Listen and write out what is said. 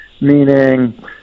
meaning